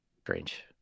Strange